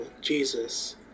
Jesus